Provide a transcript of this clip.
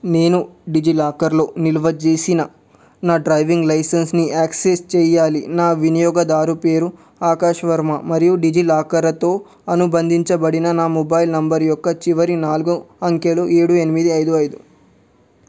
నేను డిజిలాకర్లో నిల్వచేసిన నా డ్రైవింగ్ లైసెన్స్ని యాక్సెస్ చెయ్యాలి నా వినియోగదారు పేరు ఆకాష్ వర్మ మరియు డిజిలాకరతో అనుబంధించబడిన నా మొబైల్ నంబర్ యొక్క చివరి నాలుగు అంకెలు ఏడు ఎనిమిది ఐదు ఐదు